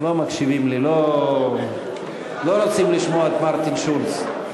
לא מקשיבים לי, לא רוצים לשמוע את מרטין שולץ.